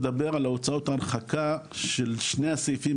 מדבר על הוצאות ההרחקה של שני הסעיפים